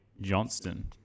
Johnston